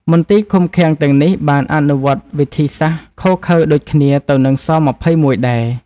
មន្ទីរឃុំឃាំងទាំងនេះបានអនុវត្តវិធីសាស្ត្រឃោរឃៅដូចគ្នាទៅនឹង ស-២១ ដែរ។